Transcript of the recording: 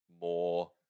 More